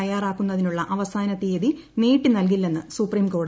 തയ്യാറാക്കുന്നതിനുള്ള അവസാന്റ് തീയതി നീട്ടി നൽകില്ലെന്ന് സുപ്രീംകോടതി